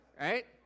right